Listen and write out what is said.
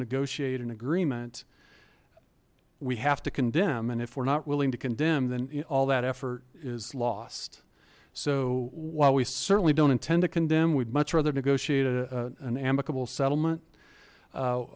negotiate an agreement we have to condemn and if we're not willing to condemn then all that effort is lost so while we certainly don't intend to condemn we'd much rather negotiate an amicable settlement